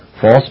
false